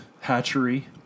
hatchery